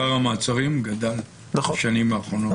מספר המעצרים גדל בשנים האחרונות.